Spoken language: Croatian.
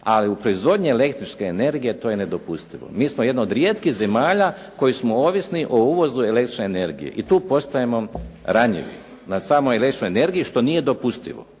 ali u proizvodnji električne energije to je nedopustivo. Mi smo jedna od rijetkih zemalja koji smo ovisni o uvozu električne energije i tu postajemo ranjivi na samoj električnoj energiji što nije dopustivo.